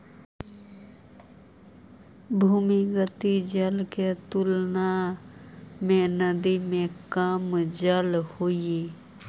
भूमिगत जल के तुलना में नदी में कम जल हई